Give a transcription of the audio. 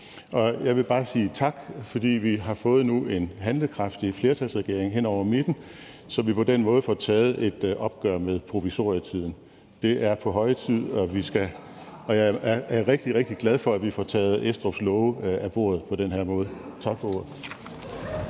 Og jeg vil bare sige tak, fordi vi nu har fået en handlekraftig flertalsregering hen over midten, så vi på den måde får taget et opgør med provisorietiden. Det er på høje tid, og jeg er rigtig, rigtig glad for, at vi får taget Estrups love af bordet på den her måde. Tak for ordet.